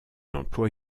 emploie